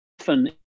often